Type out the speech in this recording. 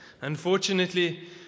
unfortunately